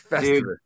Dude